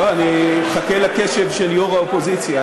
לא, אני מחכה לקשב של יושב-ראש האופוזיציה.